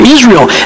Israel